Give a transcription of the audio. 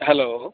hello